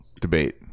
debate